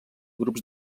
grups